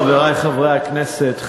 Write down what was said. חברי חברי הכנסת,